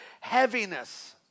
heaviness